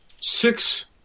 six